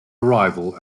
arrival